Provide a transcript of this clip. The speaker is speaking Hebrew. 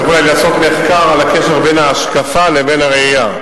צריך אולי לעשות מחקר על הקשר בין ההשקפה לבין הראייה.